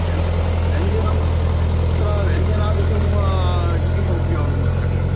व्यञ्ज् व्यञ्जनं तत्र व्यञ्जनादिकं किम् उपयोगं करणीयम्